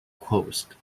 closed